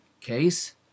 case